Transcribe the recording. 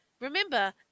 Remember